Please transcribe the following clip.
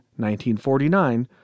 1949